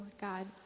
God